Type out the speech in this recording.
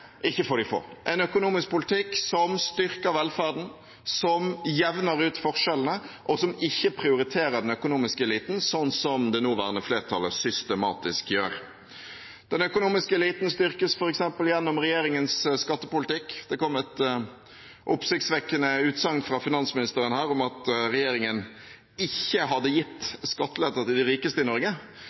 ikke for de få – en økonomisk politikk som styrker velferden, som jevner ut forskjellene, og som ikke prioriterer den økonomiske eliten, sånn som det nåværende flertallet systematisk gjør. Den økonomiske eliten styrkes f.eks. gjennom regjeringens skattepolitikk. Det kom et oppsiktsvekkende utsagn fra finansministeren her om at regjeringen ikke hadde gitt skattelettelser til de rikeste i Norge.